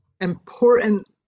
important